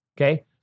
okay